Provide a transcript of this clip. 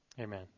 Amen